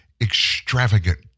extravagant